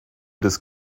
des